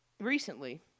recently